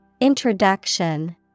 Introduction